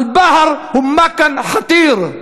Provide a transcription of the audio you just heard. אל-באח'ר הוא מאכן ח'אתיר.